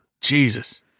Jesus